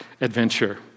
adventure